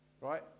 Right